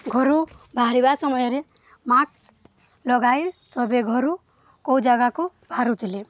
ଘରୁ ବାହାରିବା ସମୟରେ ମାସ୍କ ଲଗାଇ ସବେ ଘରୁ କେଉଁ ଜାଗାକୁ ବାହାରୁ ଥିଲେ